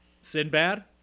Sinbad